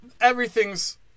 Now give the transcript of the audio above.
Everything's